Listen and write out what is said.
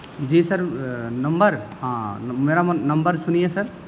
جی sir number ہاں میرا number سنیے سر